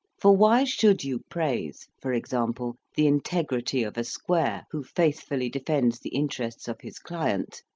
for why should you praise, for example, the integrity of a square who faith fully defends the interests of his client,